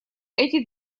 эти